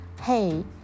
hey